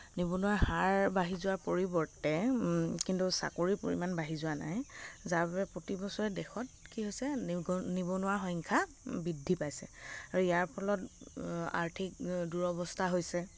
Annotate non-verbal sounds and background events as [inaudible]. ৰ্নিবনুৱাৰ হাৰ বাঢ়ি যোৱাৰ পৰিৱৰ্তে কিন্তু চাকৰিৰ পৰিমাণ বাঢ়ি যোৱা নাই যাৰ বাবে প্ৰতি বছৰে কি হৈছে [unintelligible] নিবনুৱাৰ সংখ্যা বৃদ্ধি পাইছে আৰু ইয়াৰ ফলত আৰ্থিক দুৰৱস্থা হৈছে